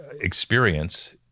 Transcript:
experience